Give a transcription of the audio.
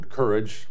courage